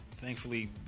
Thankfully